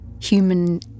human